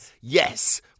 Yes